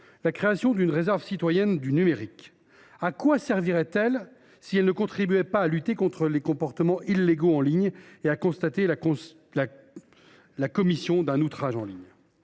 la création d’une réserve citoyenne du numérique : à quoi servirait elle si elle ne contribuait pas à lutter contre les comportements illégaux en ligne et à constater la commission d’un outrage en ligne ?